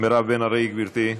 מירב בן ארי, גברתי,